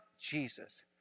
Jesus